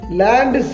land